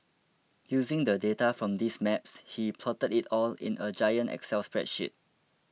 using the data from these maps he plotted it all in a giant excel spreadsheet